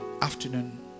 afternoon